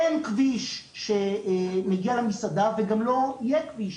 אין כביש שמגיע למסעדה, וגם לא יהיה כביש